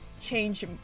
change